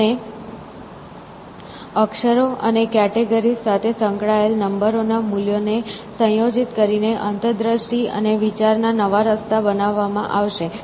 અને અક્ષરો અને કેટેગરીઝ સાથે સંકળાયેલ નંબરોના મૂલ્યોને સંયોજિત કરીને અંતર્દૃષ્ટિ અને વિચારના નવા રસ્તાઓ બનાવવામાં આવશે